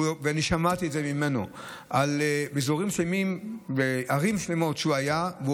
ושמעתי את זה ממנו על אזורים מסוימים וערים שלמות שהוא היה בהם